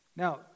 Now